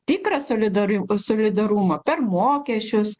tikrą solidarium solidarumą per mokesčius